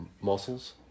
muscles